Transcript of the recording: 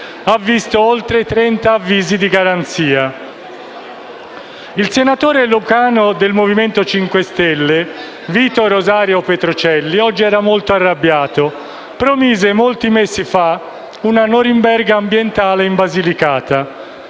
ha visto oltre trenta avvisi di garanzia. Il senatore lucano del Movimento 5 Stelle, Vito Rosario Petrocelli, oggi era molto arrabbiato; promise molti mesi fa una Norimberga ambientale in Basilicata.